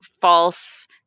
false